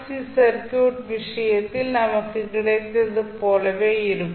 C circuit விஷயத்தில் நமக்கு கிடைத்தது போலவே இருக்கும்